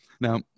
Now